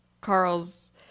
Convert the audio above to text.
Carl's